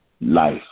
life